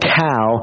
cow